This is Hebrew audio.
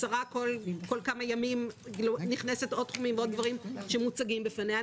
השרה בכל כמה ימים נכנסת לעוד תחומים ודברים שמוצגים בפניה.